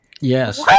Yes